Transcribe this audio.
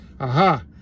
aha